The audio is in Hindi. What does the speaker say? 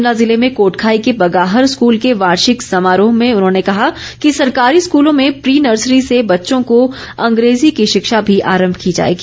शिमला जिले में कोटखाई के बगाहर स्कूल के वार्षिक समारोह में उन्होंने कहा कि सरकारी स्कूलों में प्री नर्सरी से बच्चों को अंग्रेजी की शिक्षा भी आरम्भ की जाएगी